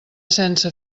sense